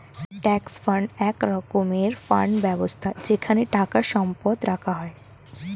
trust fund এক রকমের fund ব্যবস্থা যেখানে টাকা সম্পদ রাখা হয়